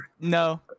No